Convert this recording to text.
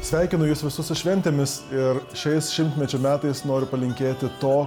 sveikinu jus visus su šventėmis ir šiais šimtmečio metais noriu palinkėti to